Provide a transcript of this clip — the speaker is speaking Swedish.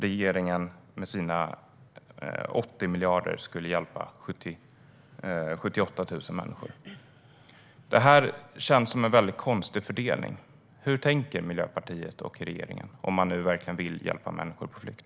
Regeringen med sina 80 miljarder skulle hjälpa 78 000. Det här känns som en väldigt konstig fördelning. Hur tänker Miljöpartiet och regeringen, om man nu verkligen vill hjälpa människor på flykt?